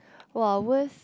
!wah! worst